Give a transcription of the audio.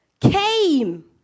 came